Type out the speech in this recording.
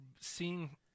seeing